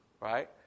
right